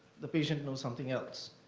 the patient knows something else.